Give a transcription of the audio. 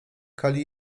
kali